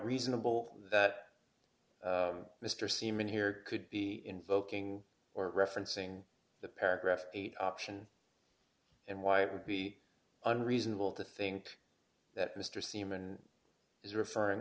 reasonable that mr seaman here could be invoking or referencing the paragraph eight option and why it would be unreasonable to think that mr seaman is referring